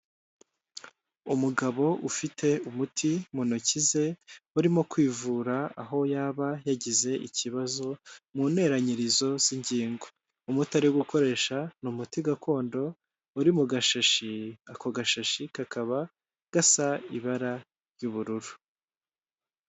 Umugabo ufite umuti mu ntoki ze urimo kwivura aho yaba yagize ikibazo, mu nteranyirizo z'ingingo umuti ari gukoresha ni umuti gakondo uri mu gashashi, ako gashashi kakaba gasa ibara ry'ubururu.